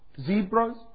zebras